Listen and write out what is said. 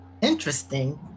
interesting